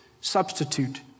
substitute